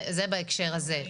זה בהקשר הזה.